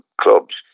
clubs